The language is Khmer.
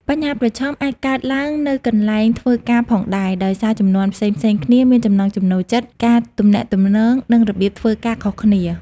បញ្ហាប្រឈមអាចកើតឡើងនៅកន្លែងធ្វើការផងដែរ ដោយសារជំនាន់ផ្សេងៗគ្នាមានចំណង់ចំណូលចិត្តការទំនាក់ទំនង និងរបៀបធ្វើការខុសគ្នា។